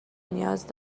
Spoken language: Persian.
نیاز